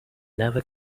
never